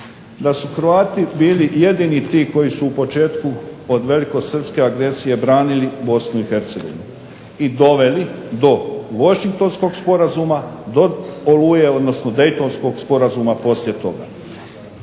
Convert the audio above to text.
Da su Hrvati bili jedini ti koji su u početku od velikosrpske agresije branili BiH i doveli do Washingtonskog sporazuma, do Oluje, odnosno Daytonskog sporazuma poslije toga.